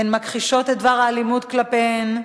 הן מכחישות את דבר האלימות כלפיהן,